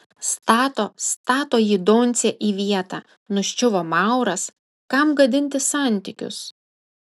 stato stato jį doncė į vietą nuščiuvo mauras kam gadinti santykius